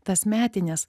tas metines